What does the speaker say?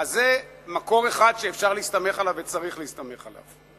זה מקור אחד שאפשר להסתמך עליו וצריך להסתמך עליו.